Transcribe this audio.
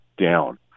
down